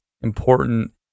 important